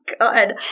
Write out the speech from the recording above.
god